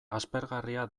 aspergarria